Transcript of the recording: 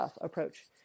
approach